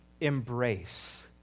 embrace